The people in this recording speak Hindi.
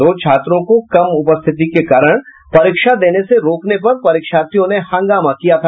दो छात्रों को कम उपस्थिति के कारण परीक्षा देने से रोकने पर परीक्षार्थियों ने हंगामा किया था